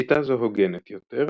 שיטה זו הוגנת יותר,